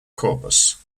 corpus